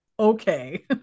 Okay